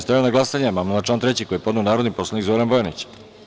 Stavljam na glasanje amandman na član 3. koji je podneo narodni poslanik Zoran Bojanić.